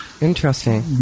Interesting